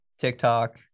TikTok